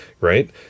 Right